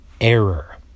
error